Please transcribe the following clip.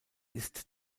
ist